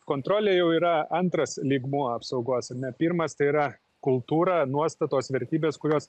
kontrolė jau yra antras lygmuo apsaugos ne pirmas tai yra kultūra nuostatos vertybės kurios